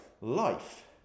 life